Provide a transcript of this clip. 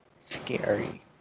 Scary